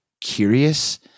curious